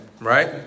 right